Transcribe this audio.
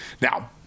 Now